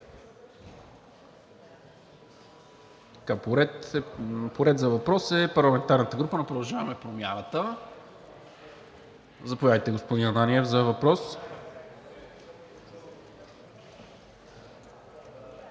По ред за въпрос е парламентарната група на „Продължаваме Промяната“. Заповядайте, господин Ананиев за въпрос.